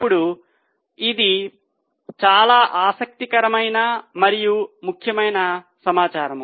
ఇప్పుడు ఇది చాలా ఆసక్తికరమైన మరియు ముఖ్యమైన సమాచారం